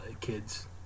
kids